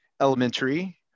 elementary